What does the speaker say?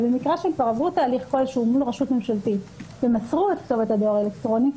במקרה של תהליך כלשהו עם רשות ממשלתית ומסרו את כתובת הדואר האלקטרוני,